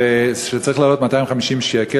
דבר שצריך לעלות 250 שקל.